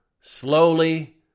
slowly